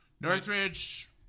Northridge